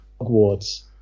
Hogwarts